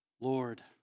Lord